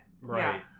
right